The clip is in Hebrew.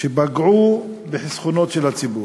שפגעו בחסכונות של הציבור.